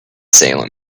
salem